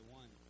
one